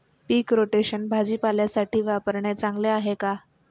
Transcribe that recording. पीक rotation भाजीपाल्यासाठी वापरणे चांगले आहे का?